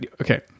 Okay